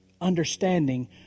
understanding